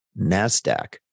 NASDAQ